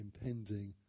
impending